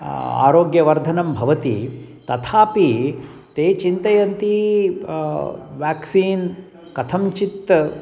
आरोग्यवर्धनं भवति तथापि ते चिन्तयन्ति व्याक्सीन् कथञ्चित्